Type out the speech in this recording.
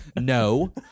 No